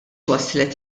waslet